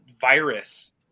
virus